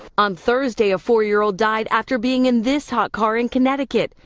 on thursday a four year old died after being in this hot car in connecticut.